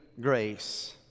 grace